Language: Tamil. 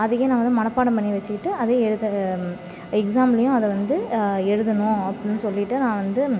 அதையே நான் வந்து மனப்பாடம் பண்ணி வச்சிக்கிட்டு அதையே எழுத எக்ஸாம்லேயும் அதை வந்து எழுதணும் அப்படின்னு சொல்லிவிட்டு நான் வந்து